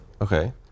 Okay